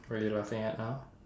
what are you laughing at now